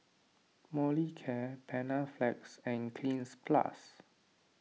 Molicare Panaflex and Cleanz Plus